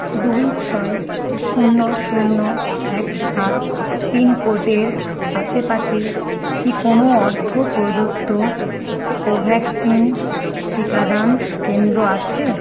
দুই ছয় শূন্য শূন্য এক সাত পিনকোডের আশেপাশে কি কোনো অর্থ প্রদত্ত কোভ্যাক্সিন টিকাদান কেন্দ্র আছে